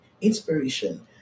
inspiration